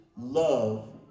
love